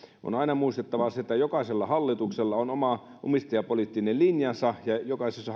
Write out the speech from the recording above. on aina muistettava se että jokaisella hallituksella on oma omistajapoliittinen linjansa ja jokaisessa